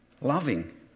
loving